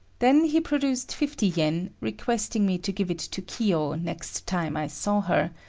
then he produced fifty yen, requesting me to give it to kiyo next time i saw her,